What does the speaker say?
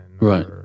right